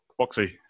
Boxy